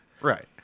Right